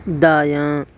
دایاں